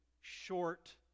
short